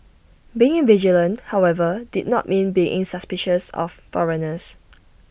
being vigilant however did not mean being suspicious of foreigners